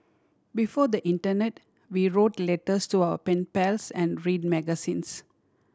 before the internet we wrote letters to our pen pals and read magazines